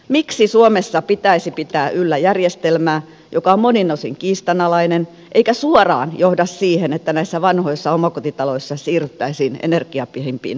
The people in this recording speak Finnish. miksi suomessa pitäisi pitää yllä järjestelmää joka on monin osin kiistanalainen eikä suoraan johda siihen että näissä vanhoissa omakotitaloissa siirryttäisiin energiapihimpiin ratkaisuihin